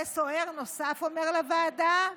וסוהר נוסף אומר לוועדה: